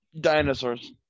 Dinosaurs